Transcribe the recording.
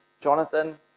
Jonathan